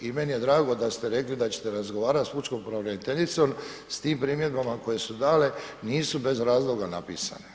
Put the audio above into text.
I meni je drago da ste rekli da ćete razgovarati s Pučkom pravobraniteljicom, s tim primjedbama koje su dane, nisu bez razloga napisane.